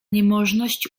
niemożność